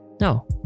No